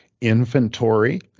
Inventory